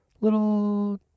little